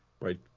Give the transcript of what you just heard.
right